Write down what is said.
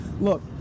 Look